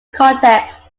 cortex